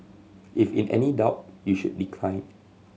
if in any doubt you should decline